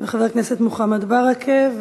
וחבר הכנסת מוחמד ברכה,